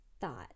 thought